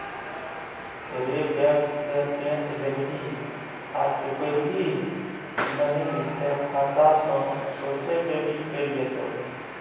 रे बैंक सँ पैंच लेबिही आ चुकेबिही नहि तए खाता सँ सोझे डेबिट कए लेतौ